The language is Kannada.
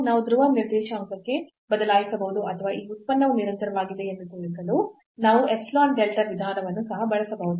ನಾವು ಧ್ರುವ ನಿರ್ದೇಶಾಂಕಕ್ಕೆ ಬದಲಾಯಿಸಬಹುದು ಅಥವಾ ಈ ಉತ್ಪನ್ನವು ನಿರಂತರವಾಗಿದೆ ಎಂದು ತೋರಿಸಲು ನಾವು epsilon delta ವಿಧಾನವನ್ನು ಸಹ ಬಳಸಬಹುದು